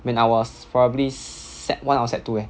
when I was probably sec one or sec two eh